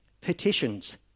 Petitions